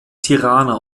tirana